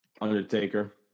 Undertaker